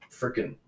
freaking